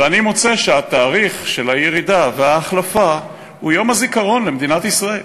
ואני מוצא שהתאריך של הירידה וההחלפה הוא יום הזיכרון במדינת ישראל,